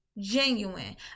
genuine